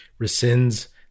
rescinds